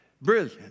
brilliant